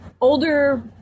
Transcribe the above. older